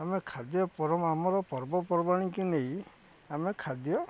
ଆମେ ଖାଦ୍ୟ ପରମ ଆମର ପର୍ବପର୍ବାଣି କି ନେଇ ଆମେ ଖାଦ୍ୟ